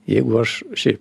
jeigu aš šiaip